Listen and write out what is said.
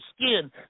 skin